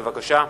בבקשה.